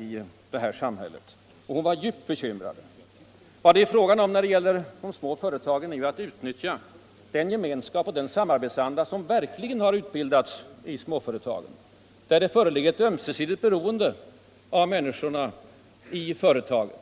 i det här samhället.” Hon var djupt bekymrad. Vad det är fråga om när det gäller de små företagen är att utnyttja den gemenskapsoch samarbetsanda som verkligen har utbildats i dessa företag, där det föreligger ett ömsesidigt beroende mellan de människor som där arbetar.